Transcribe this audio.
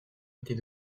était